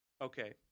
Okay